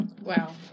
Wow